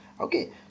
okay